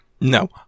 no